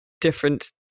different